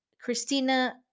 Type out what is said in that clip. Christina